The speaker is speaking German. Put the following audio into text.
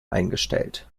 eingestellt